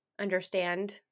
understand